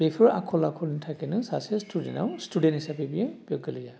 बेफोर आखल आखुनि थाखायनो सासे स्टुडेन्टआव स्टुडेन्ट हिसाबै बियो बे गोलैया